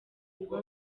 ruba